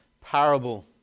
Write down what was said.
parable